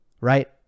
Right